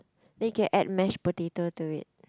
then you can add mashed potato to it